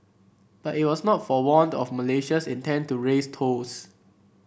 but it was not forewarned of Malaysia's intent to raise tolls